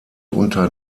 unter